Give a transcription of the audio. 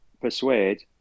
persuade